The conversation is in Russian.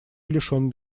лишен